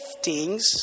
giftings